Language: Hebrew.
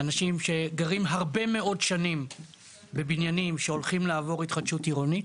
אנשים שגרים הרבה מאוד שנים בבניינים שהולכים לעבור התחדשות עירונית.